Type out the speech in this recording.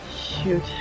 Shoot